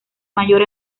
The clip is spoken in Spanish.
mayor